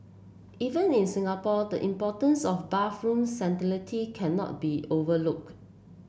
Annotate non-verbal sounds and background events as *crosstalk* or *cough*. even in Singapore the importance of bathroom *unintelligible* cannot be overlook